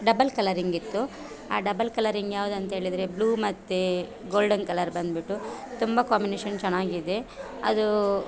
double ಕಲರಿಂಗಿತ್ತು ಆ double colouring ಯಾವ್ದು ಅಂತ್ಹೇಳಿದ್ರೆ ಬ್ಲೂ ಮತ್ತು ಗೋಲ್ಡನ್ ಕಲರ್ ಬಂದುಬಿಟ್ಟು ತುಂಬ ಕಾಂಬಿನೇಷನ್ ಚೆನ್ನಾಗಿದೆ ಅದು